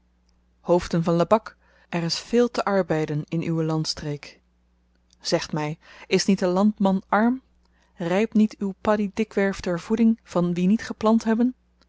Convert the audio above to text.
hoofden van lebak er is veel te arbeiden in uwe landstreek zegt my is niet de landman arm rypt niet uw padie dikwerf ter voeding van wie niet geplant hebben